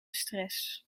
stress